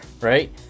right